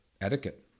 etiquette